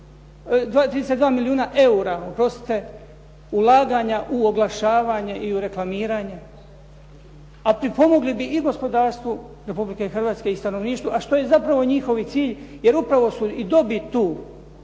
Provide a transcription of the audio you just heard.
32 milijuna eura ulaganja u oglašavanje i u reklamiranje. A pripomogli bi i gospodarstvu Republike Hrvatske i stanovništvu, a što je zapravo njihov i cilj, jer upravo su i dobit tu